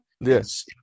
Yes